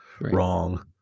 Wrong